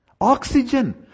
Oxygen